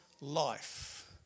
life